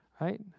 right